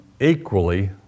equally